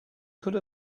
could